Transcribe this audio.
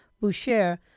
Boucher